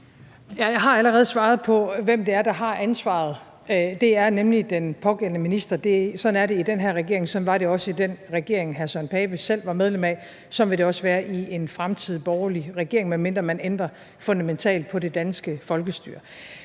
har allerede svaret på, hvem det er, der har ansvaret. Det er nemlig den pågældende minister. Sådan er det i den her regering, sådan var det også i den regering, hr. Søren Pape Poulsen selv var medlem af, og sådan vil det også være i en fremtidig borgerlig regering, medmindre man ændrer fundamentalt på det danske folkestyre.